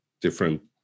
different